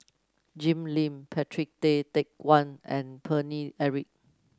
Jim Lim Patrick Tay Teck Guan and Paine Eric